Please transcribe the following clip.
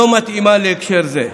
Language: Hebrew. לא מתאימה להקשר זה.